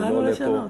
באנו לשנות.